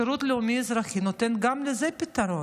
שירות לאומי-אזרחי נותן גם לזה פתרון.